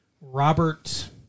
Robert